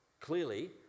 clearly